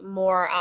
more